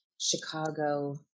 Chicago –